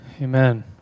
Amen